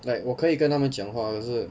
like 我可以跟他们讲话可是